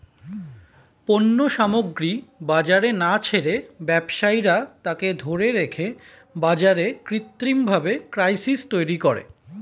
পণ্য সামগ্রী বাজারে না ছেড়ে ব্যবসায়ীরা তাকে ধরে রেখে বাজারে কৃত্রিমভাবে ক্রাইসিস তৈরী করে